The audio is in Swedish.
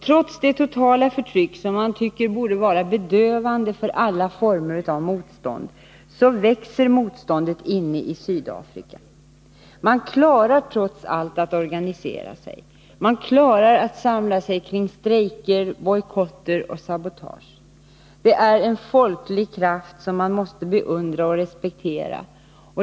Trots det totala förtryck som man tycker borde vara bedövande för alla former av motstånd, så växer motståndet inne i Sydafrika. Man klarar trots allt att organisera sig. Man klarar att samla sig kring strejker, bojkotter och sabotage. Det är en folklig kraft som man måste beundra och respektera.